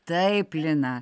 taip lina